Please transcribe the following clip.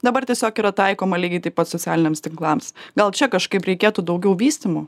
dabar tiesiog yra taikoma lygiai taip pat socialiniams tinklams gal čia kažkaip reikėtų daugiau vystymo